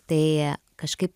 tai kažkaip